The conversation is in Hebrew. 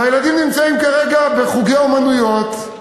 והילדים נמצאים כרגע בחוגי אומנויות,